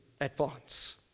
advance